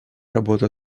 работу